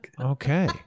okay